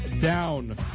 down